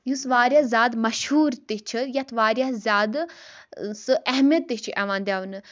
یُس واریاہ زیادٕ مشہوٗر تہِ چھُ یتھ واریاہ زیادٕ سُہ اہمیت تہِ چھُ یِوان دِنہٕ